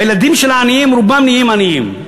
הילדים של העניים רובם נהיים עניים,